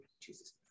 jesus